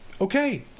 okay